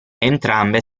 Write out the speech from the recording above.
entrambe